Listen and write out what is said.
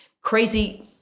crazy